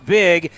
big